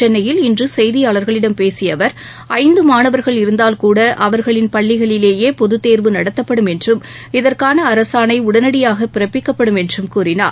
சென்னையில் இன்று செய்தியார்களிடம் பேசிய அவர் ஐந்து மாணவர்கள் இருந்தால் கூட அவர்களின் பள்ளிகளிலேயே பொதுத்தேர்வு நடத்தப்படும் என்றும் இதற்கான அரசாணை உடனடியாக பிறப்பிக்கப்படும் என்றும் கூறினார்